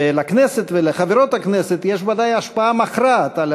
ולכנסת ולחברות הכנסת יש ודאי השפעה מכרעת על